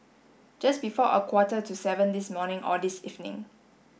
just before a quarter to seven this morning or this evening